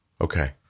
Okay